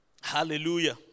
Hallelujah